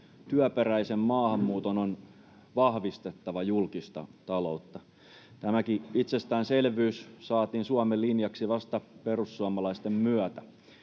työperäisen maahanmuuton on vahvistettava julkista taloutta. Tämäkin itsestäänselvyys saatiin Suomen linjaksi vasta perussuomalaisten myötä.